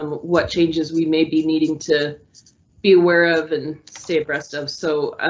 what changes we may be needing to be aware of and stay abreast of. so, ah